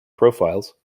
profiles